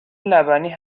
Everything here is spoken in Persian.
لبنی